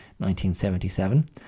1977